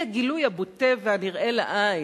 היא הגילוי הבוטה והנראה לעין.